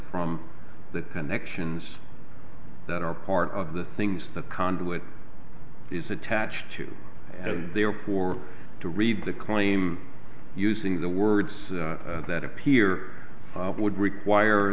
from the connections that are part of the things the conduit is attached to and therefore to read the claim using the words that appear would require